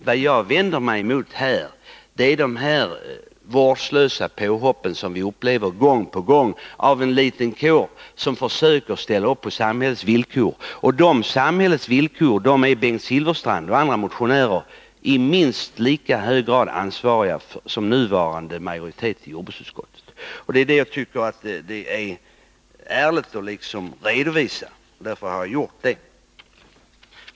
Vad jag vänder mig emot är de vårdslösa påhopp som vi upplever gång på gång på en liten kår som försöker ställa upp på samhällets villkor. Och de villkoren är Bengt Silfverstrand och andra motionärer i minst lika hög grad ansvariga för som den nuvarande majoriteten i jordbruksutskottet. Jag tycker att det är ärligt att redovisa detta, och därför har jag gjort det.